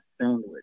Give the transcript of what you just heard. sandwich